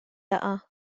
laqgħa